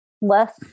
less